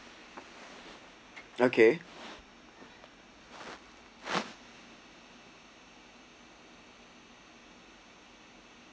okay